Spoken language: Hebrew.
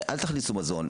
אל תכניסו מזון,